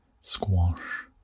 squash